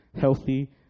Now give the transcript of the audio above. healthy